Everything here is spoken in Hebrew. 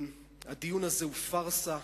הדיון הזה הוא פארסה.